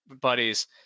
buddies